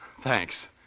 Thanks